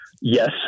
yes